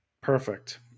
Perfect